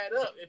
up